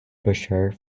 brochure